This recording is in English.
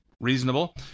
reasonable